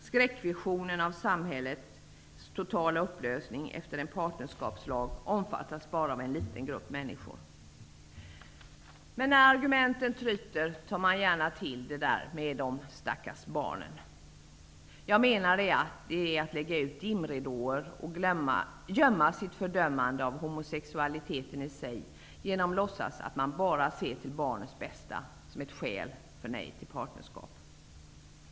Skräckvisionen av samhällets totala upplösning efter en partnerskapslag omfattas bara av en liten grupp människor. Men när argumenten tryter tar man gärna till det där med de stackars barnen. Jag menar att det är att lägga ut dimridåer och gömma sitt fördömande av homosexualiteten i sig genom att låtsas att man bara ser till barnens bästa som skäl för ett nej till partnerskap.